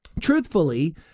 truthfully